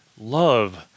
Love